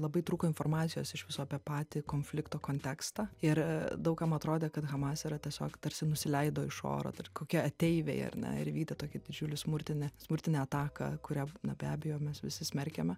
labai trūko informacijos iš viso apie patį konflikto kontekstą ir daug kam atrodė kad hamas yra tiesiog tarsi nusileido iš oro kaip kokie ateiviai ar ne ir įvykdė tokį didžiulį smurtinį smurtinę ataką kurią na be abejo mes visi smerkiame